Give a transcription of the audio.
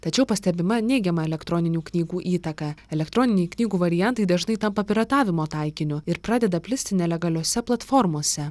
tačiau pastebima neigiama elektroninių knygų įtaka elektroniniai knygų variantai dažnai tampa piratavimo taikiniu ir pradeda plisti nelegaliose platformose